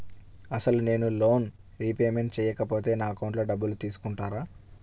అసలు నేనూ loan repayment చేయకపోతే నా అకౌంట్లో డబ్బులు తీసుకుంటారా?